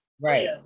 Right